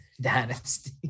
Dynasty